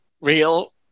real